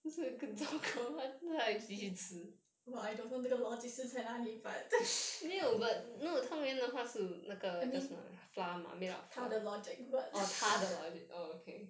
!wah! I dont know 那个 logic 是在哪里 but I mean 她的 logic